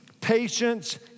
patience